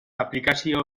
aplikazio